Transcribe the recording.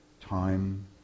time